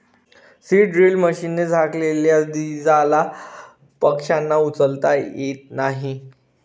seed drill मशीनने झाकलेल्या दीजला पक्ष्यांना उचलता येत नाही